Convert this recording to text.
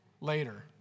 later